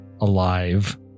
alive